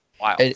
Wow